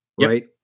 right